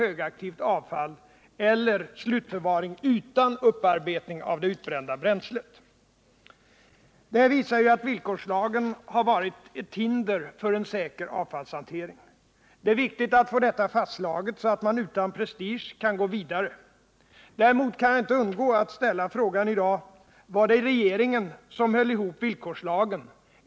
I samma pressmeddelande säger energiministern att ”syftet med de fortsatta förhandlingarna är att snarast möjligt nå en överenskommelse om en begränsning av kärnkraftsprogrammet”. Det torde därför vara av intresse för riksdagen att få en redogörelse för vilka ekonomiska och sysselsättningsmässiga bindningar som gjorts i aggregaten 11 och 12. 1.